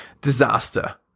disaster